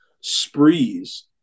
Sprees